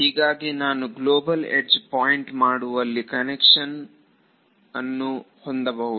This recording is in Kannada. ಹೀಗೆ ನಾನು ಗ್ಲೋಬಲ್ ಯಡ್ಜ್ ಪಾಯಿಂಟ್ ಮಾಡುವಲ್ಲಿ ಕನ್ವೆನ್ಷನ್ ಅನ್ನು ಹೊಂದಬಹುದು